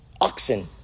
oxen